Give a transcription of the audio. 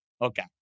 Okay